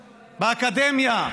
באקדמיה.